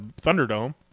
Thunderdome